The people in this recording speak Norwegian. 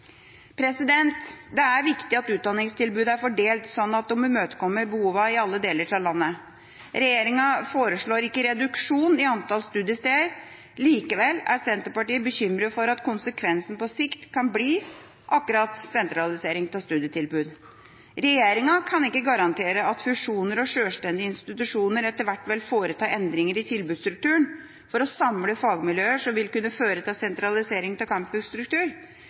framover. Det er viktig at utdanningstilbudet er fordelt slik at det imøtekommer behovene i alle deler av landet. Regjeringa foreslår ikke reduksjon i antall studiesteder. Likevel er Senterpartiet bekymret for at konsekvensen på sikt kan bli akkurat sentralisering av studietilbud. Regjeringa kan ikke garantere at fusjonerte og sjølstendige institusjoner etter hvert vil foreta endringer i tilbudsstrukturen for å samle fagmiljøer som vil kunne føre til sentralisering av